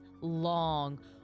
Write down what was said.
long